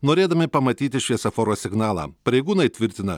norėdami pamatyti šviesoforo signalą pareigūnai tvirtina